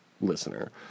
listener